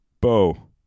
Bo